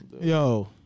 Yo